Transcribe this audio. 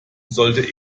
sollte